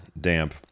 damp